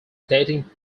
dating